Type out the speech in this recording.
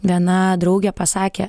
viena draugė pasakė